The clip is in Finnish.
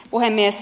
puhemies